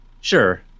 Sure